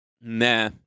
Nah